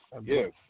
yes